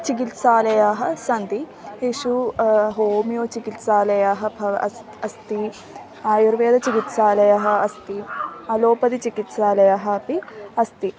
चिकित्सालयाः सन्ति तेषु होमियोचिकित्सालयः भवति अस् अस्ति आयुर्वेदचिकित्सालयः अस्ति अलोपतिचिकित्सालयः अपि अस्ति